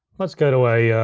let's go to a,